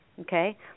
okay